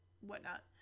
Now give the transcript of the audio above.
whatnot